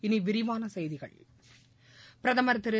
இனி விரிவான செய்திகள் பிரதமர் திரு